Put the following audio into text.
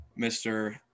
Mr